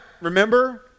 remember